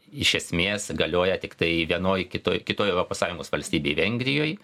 iš esmės galioja tiktai vienoj kitoj kitoj europos sąjungos valstybėj vengrijoj